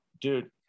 dude